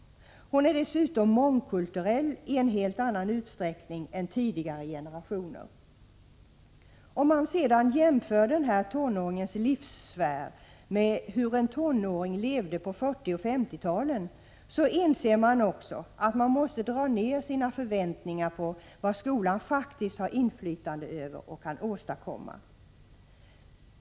Hon är dessutom mångkulturell i en helt annan utsträckning än tidigare generationer. Om man sedan jämför denna tonårings ”livssfär” med hur en tonåring levde på 1940 och 1950-talen inser man att man måste dra ned sina förväntningar på vad skolan faktiskt har inflytande över och kan åstadkomma.